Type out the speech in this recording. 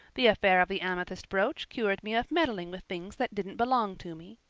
the affair of the amethyst brooch cured me of meddling with things that didn't belong to me.